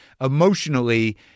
emotionally